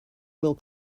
will